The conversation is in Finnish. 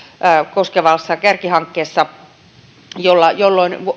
koskevassa kärkihankkeessa jolloin